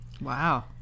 Wow